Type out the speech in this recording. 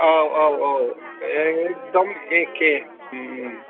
औ औ औ एखदम एखे